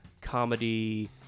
comedy